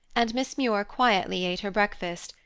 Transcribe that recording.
and miss muir quietly ate her breakfast,